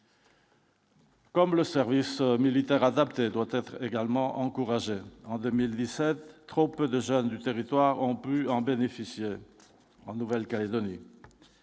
Comme le service militaire adapté doit être également encouragé en 2017, trop peu de jeunes du territoire, on peut en bénéficier en Nouvelle-Calédonie,